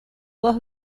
dos